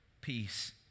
peace